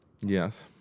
Yes